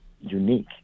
unique